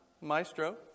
maestro